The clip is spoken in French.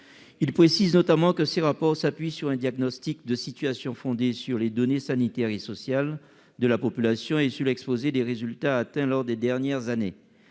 Il précise que ces rapports s'appuient sur « un diagnostic de situation fondé notamment sur les données sanitaires et sociales de la population et sur l'exposé des résultats atteints lors des dernières années